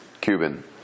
Cuban